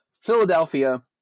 Philadelphia